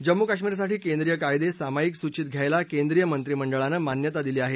जम्मू कश्मीरसाठी केंद्रीय कायदे सामायिक सूचीत घ्यायला केंद्रीय मंत्रीमंडळानं मान्यता दिली आहे